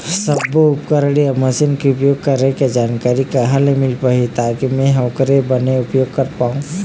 सब्बो उपकरण या मशीन के उपयोग करें के जानकारी कहा ले मील पाही ताकि मे हा ओकर बने उपयोग कर पाओ?